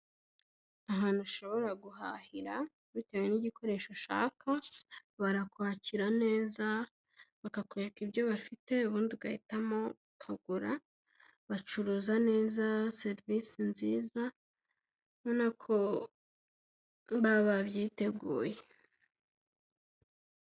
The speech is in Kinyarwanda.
Ahantu ushobora guhahira, bitewe n'igikoresho ushaka, barakwakira neza, bakakwereka ibyo bafite, ubundi ugahitamo, ukagura, bacuruza neza, serivisi nziza, ubona ko baba babyiteguye.